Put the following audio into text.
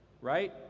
right